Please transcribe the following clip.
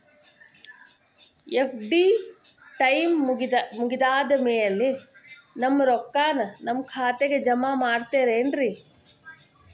FD time ಮುಗಿದಾದ್ ಮ್ಯಾಲೆ ನಮ್ ರೊಕ್ಕಾನ ನಮ್ ಖಾತೆಗೆ ಜಮಾ ಮಾಡ್ತೇರೆನ್ರಿ?